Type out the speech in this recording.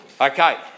Okay